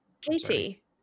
Katie